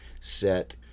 set